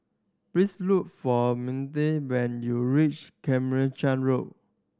please look for when you reach Carmichael Road